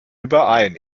überein